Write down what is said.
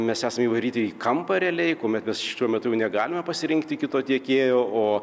mes esam įvaryti į kampą realiai kuomet mes šiuo metu jau negalime pasirinkti kito tiekėjo o